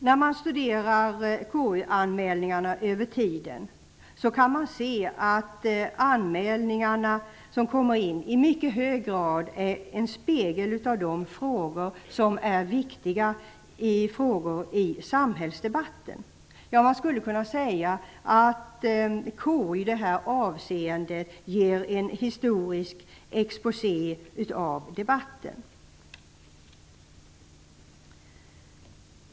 När man studerar KU-anmälningarna över tiden, kan man se att anmälningarna som kommer in i mycket hög grad är en spegel av de frågor som är viktiga frågor i samhällsdebatten. Ja, man skulle kunna säga att KU i det här avseendet ger en historisk exposé av debatten.